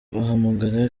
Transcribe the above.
bahamagara